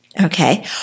okay